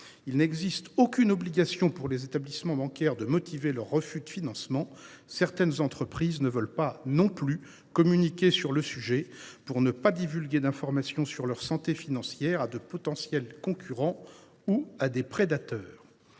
Il n’existe aucune obligation pour les établissements bancaires de motiver leurs refus de financement. Certaines entreprises ne veulent pas communiquer sur le sujet, pour ne pas divulguer d’informations sur leur santé financière à de potentiels concurrents ou prédateurs.